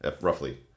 roughly